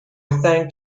thanked